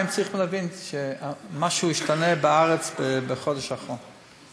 הם צריכים להבין שמשהו השתנה בארץ בחודש האחרון.